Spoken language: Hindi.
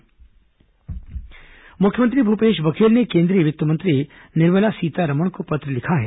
मुख्यमंत्री पत्र मुख्यमंत्री भूपेश बघेल ने केंद्रीय वित्त मंत्री निर्मला सीतारमन को पत्र लिखा है